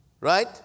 right